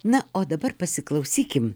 na o dabar pasiklausykim